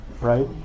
right